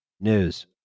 news